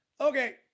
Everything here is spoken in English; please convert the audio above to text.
okay